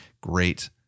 great